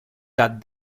that